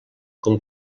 com